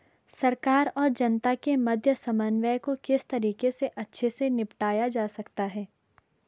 सरकार और जनता के मध्य समन्वय को किस तरीके से अच्छे से निपटाया जा सकता है?